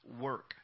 work